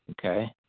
Okay